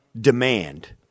demand